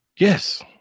Yes